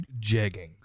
Jeggings